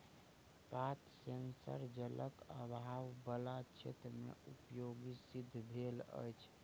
पात सेंसर जलक आभाव बला क्षेत्र मे उपयोगी सिद्ध भेल अछि